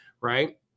right